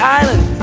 island